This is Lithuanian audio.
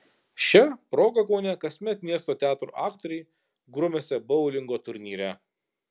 šia proga kaune kasmet miesto teatrų aktoriai grumiasi boulingo turnyre